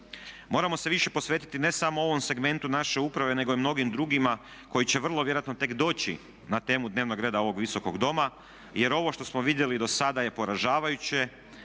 Moramo se više posvetiti ne samo ovom segmentu naše uprave, nego i mnogim drugima koji će vrlo vjerojatno tek doći na temu dnevnog reda ovog Visokog doma, jer ovo što smo vidjeli do sada je poražavajuće.